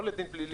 לא לדין פלילי,